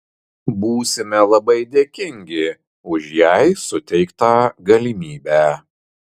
būsime labai dėkingi už jai suteiktą galimybę